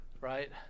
right